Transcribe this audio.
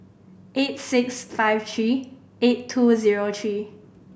eight six five three eight two zero three